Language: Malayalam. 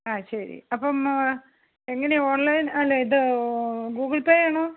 ആ ശരി അപ്പം എങ്ങനെയാണ് ഓൺലൈൻ അല്ല ഇത് ഗൂഗിൾ പേ ആണോ